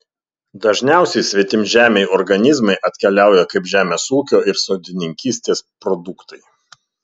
dažniausiai svetimžemiai organizmai atkeliauja kaip žemės ūkio ir sodininkystės produktai